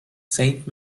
saint